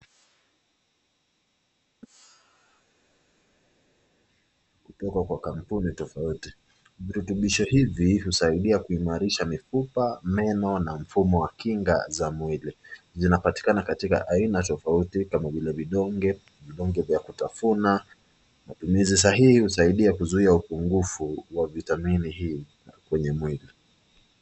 ....kutoka kwa kampuni tofauti, virutubisho hivi usaidia, kuimarisha, mifupa, meno na mfumo wa kinga za mwili. Zinanapatikana katika aina tofauti, kama vile vidonge, vidonge vya kutafuna, matumizi sahihi usaidia kupunguza upunguvu wa vitamini hii kwenye mwili.